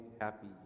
Happy